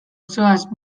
zoaz